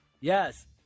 yes